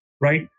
Right